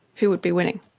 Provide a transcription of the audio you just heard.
who would be winning?